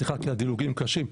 כי הדילוגים קשים.